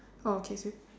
oh okay